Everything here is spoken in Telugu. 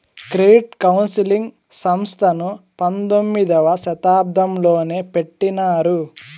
క్రెడిట్ కౌన్సిలింగ్ సంస్థను పంతొమ్మిదవ శతాబ్దంలోనే పెట్టినారు